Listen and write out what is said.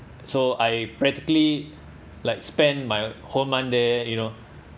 so I practically like spend my whole month there you know